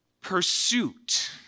pursuit